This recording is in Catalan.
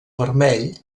vermell